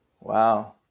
wow